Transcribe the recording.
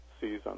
season